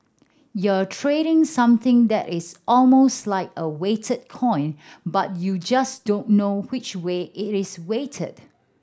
you're trading something that is almost like a weighted coin but you just don't know which way it is weighted